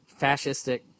fascistic